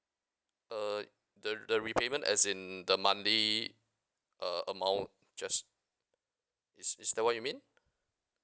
uh the re~ the repayment as in the monthly uh amount just is is that what you mean